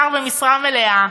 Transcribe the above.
שר במשרה מלאה,